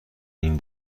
این